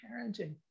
parenting